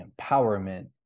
empowerment